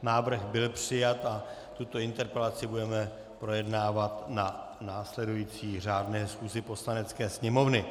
Návrh byl přijat a tuto interpelaci budeme projednávat na následující řádné schůzi Poslanecké sněmovny.